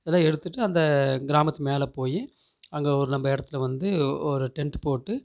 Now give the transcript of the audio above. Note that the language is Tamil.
இதெல்லாம் எடுத்துகிட்டு அந்த கிராமத்து மேலே போய் அங்கே ஒரு நம்ம இடத்துல வந்து ஒரு டென்ட்டு போட்டு